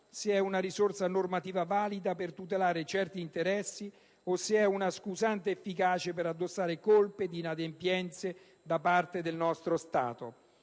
se è una risorsa normativa valida per tutelare certi interessi o se è una scusante efficace per addossare colpe di inadempienze da parte del nostro Stato.